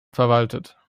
verwaltet